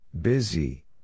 Busy